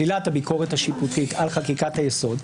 שלילת הביקורת השיפוטית על חקיקת היסוד,